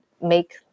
make